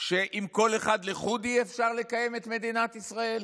שעם כל אחד לחוד אי-אפשר לקיים את מדינת ישראל